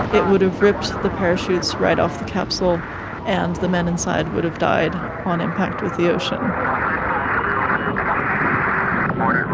it would have ripped the parachutes right off the capsule and the men inside would have died on impact with the ocean. um